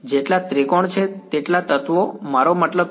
જેટલા ત્રિકોણ છે તેટલા તત્વો મારો મતલબ છે